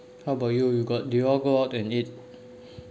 how about you you got do you all go out and eat